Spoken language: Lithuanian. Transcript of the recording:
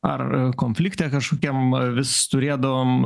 ar konflikte kažkokiam vis turėdavom